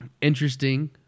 interesting